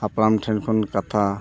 ᱦᱟᱯᱲᱟᱢ ᱴᱷᱮᱱ ᱠᱷᱚᱱ ᱠᱟᱛᱷᱟ